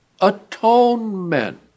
atonement